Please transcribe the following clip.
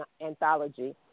anthology